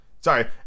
Sorry